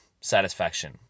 satisfaction